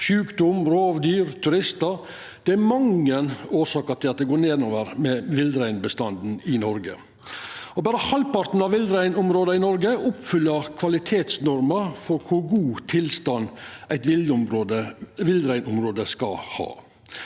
sjukdom, rovdyr og turistar – det er mange årsaker til at det går nedover med villreinbestanden i Noreg. Berre halvparten av villreinområda i Noreg oppfyller kvalitetsnorma for kor god tilstand eit villreinområde skal ha.